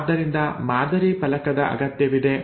ಆದ್ದರಿಂದ ಮಾದರಿ ಫಲಕದ ಅಗತ್ಯವಿದೆ